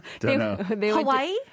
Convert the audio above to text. Hawaii